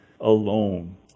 alone